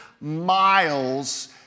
miles